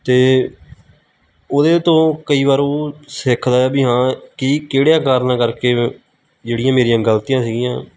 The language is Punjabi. ਅਤੇ ਉਹਦੇ ਤੋਂ ਕਈ ਵਾਰ ਉਹ ਸਿੱਖਦਾ ਵੀ ਹਾਂ ਕਿ ਕਿਹੜਿਆਂ ਕਾਰਣ ਕਰਕੇ ਜਿਹੜੀਆਂ ਮੇਰੀਆਂ ਗਲਤੀਆਂ ਸੀਗੀਆਂ